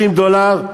30 דולר,